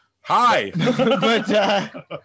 Hi